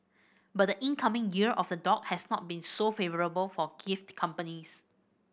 but the incoming Year of the Dog has not been so favourable for gift companies